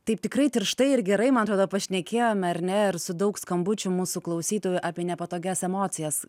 taip tikrai tirštai ir gerai man tada pašnekėjome ar ne su daug skambučių mūsų klausytojų apie nepatogias emocijas